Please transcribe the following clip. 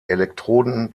elektroden